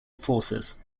forces